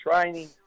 training